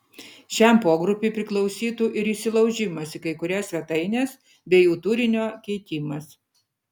šiam pogrupiui priklausytų ir įsilaužimas į kai kurias svetaines bei jų turinio keitimas